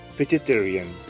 vegetarian